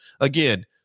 Again